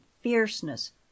fierceness